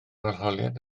arholiad